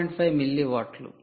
5 మిల్లీవాట్లు